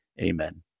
Amen